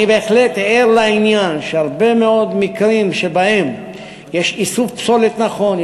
אני בהחלט ער לעניין שבהרבה מאוד מקרים יש איסוף פסולת נכון,